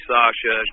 Sasha